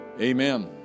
Amen